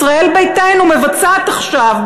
ישראל ביתנו מבצעת עכשיו,